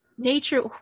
Nature